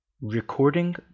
Recording